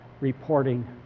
reporting